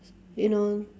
you know